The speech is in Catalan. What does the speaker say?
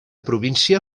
província